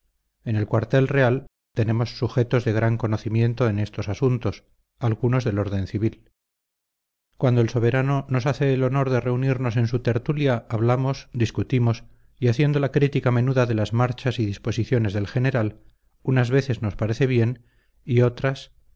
en el cuartel real tenemos sujetos de gran conocimiento en estos asuntos algunos del orden civil cuando el soberano nos hace el honor de reunirnos en su tertulia hablamos discutimos y haciendo la crítica menuda de las marchas y disposiciones del general unas veces nos parecen bien y otras